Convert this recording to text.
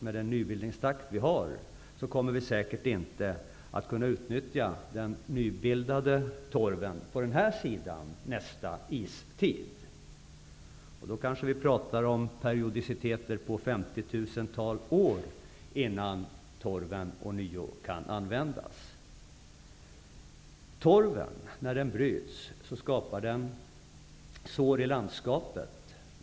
Med den nybildningstakt vi har kommer vi säkert inte att kunna utnyttja den nybildade torven på den här sidan om nästa istid. Då pratar vi en period på kanske femtiotusen år innan torven ånyo kan användas. Torven skapar när den bryts sår i landskapet.